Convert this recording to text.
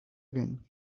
again